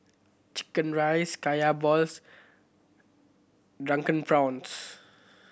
chicken rice Kaya balls Drunken Prawns